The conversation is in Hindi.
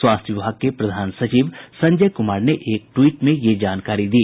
स्वास्थ्य विभाग के प्रधान सचिव संजय कुमार ने एक ट्वीट में यह जानकारी दी